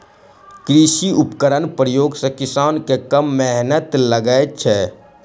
कृषि उपकरणक प्रयोग सॅ किसान के कम मेहनैत लगैत छै